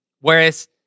Whereas